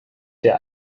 der